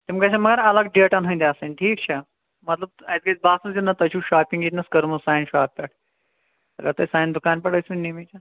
تِم گَژھن مگر الگ ڈیٹن ہِنٛد آسٕنۍ ٹھیٖک چھا مطلب اَسہِ گَژھہ باسُن زِ نا تۄہہِ چھَو شاپِنٛگ ییٚتنس کٔرمٕژ سانہِ شاپ پٮ۪ٹھ اگر تۄہہِ سانہِ دُکانہٕ پٮ۪ٹھ ٲسو نِمٕتۍ